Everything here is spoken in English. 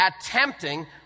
attempting